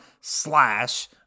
slash